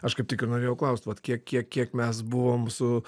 aš kaip tik ir norėjau klaust vat kiek kiek kiek mes buvom su